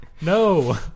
No